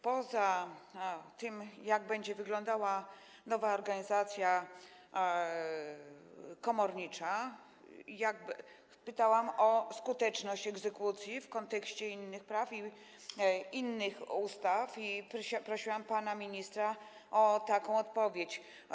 Poza tym, jak będzie wyglądała nowa organizacja komornicza, pytałam o skuteczność egzekucji w kontekście innych praw i innych ustaw, prosiłam pana ministra o taką odpowiedź.